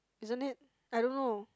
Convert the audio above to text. isn't it I don't know